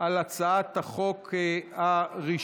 על הצעת החוק הראשונה,